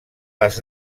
les